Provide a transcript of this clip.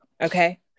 okay